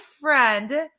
friend